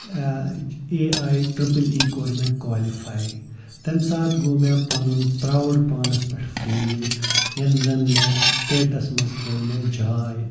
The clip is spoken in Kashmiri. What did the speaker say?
اے آی ٹِرٛپٕل ای کوٚر مےٚ کالِفَے تَمہِ ساتہٕ گوٚو مےٚ پَنُن پرٛاوُڈ پانَس پٮ۪ٹھ فیٖل ییٚمہِ زَن مےٚ سٹیٹَس منٛز کٔڑ مےٚ جاے